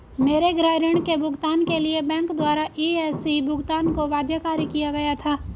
मेरे गृह ऋण के भुगतान के लिए बैंक द्वारा इ.सी.एस भुगतान को बाध्यकारी किया गया था